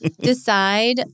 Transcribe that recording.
decide